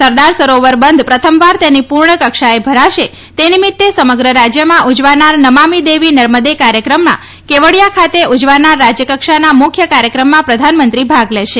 સરદાર સરોવર બંધ પ્રથમવાર તેની પૂર્ણ કક્ષાએ ભરાશે તે નિમિત્તે સમગ્ર રાજ્યમાં ઉજવાનાર નમામિ દેવી નર્મદે કાર્યક્રમના કેવડીયા ખાતે ઉજવાનાર રાજ્ય કક્ષાના મુખ્ય કાર્યક્રમમાં પ્રધાનમંત્રી ભાગ લેશે